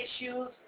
issues